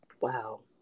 Wow